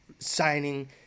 signing